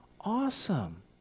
awesome